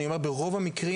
אני אומר ברוב המקרים,